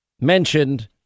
mentioned